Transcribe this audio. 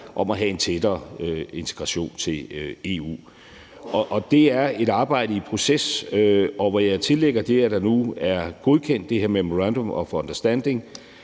om at have en tættere integration til EU. Det er et arbejde i proces, hvor jeg tillægger det, at der nu er godkendt det her memorandum of understanding